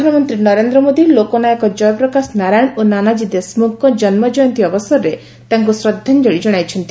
ପ୍ରଧାନମନ୍ତ୍ରୀ ନରେନ୍ଦ୍ର ମୋଦି ଲୋକନାୟକ ଜୟପ୍ରକାଶ ନାରାୟଣ ଓ ନାନାଜୀ ଦେଶମ୍ରଖଙ୍କ ଜନୁଜୟନ୍ତୀ ଅବସରରେ ତାଙ୍କ ଶ୍ରଦ୍ଧାଞ୍ଚଳି ଜଣାଇଛନ୍ତି